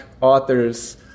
authors